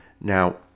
Now